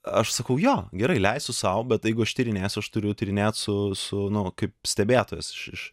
aš sakau jo gerai leisiu sau bet jeigu ištyrinėsiu aš turiu tyrinėt su su nu kaip stebėtojas iš iš